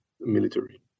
military